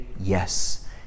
Yes